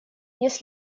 есть